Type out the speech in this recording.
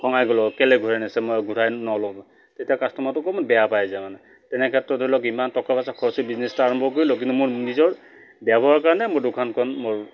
খঙেৰে ক'লোঁ কেলৈ ঘূৰাই নিছে মই ঘূৰাই নলওঁ তেতিয়া কাষ্টমাৰটো অকণমান বেয়া পাই যায় মানে তেনেক্ষেত্ৰত ধৰি লওক ইমান টকা পইচা খৰচি বিজনেছটো আৰম্ভ কৰি লওঁ কিন্তু মোৰ নিজৰ বেয়া হোৱাৰ কাৰণে মোৰ দোকানখন মোৰ